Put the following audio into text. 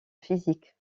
physique